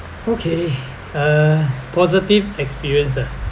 okay uh positive experience ah